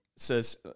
says